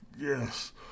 Yes